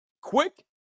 Quick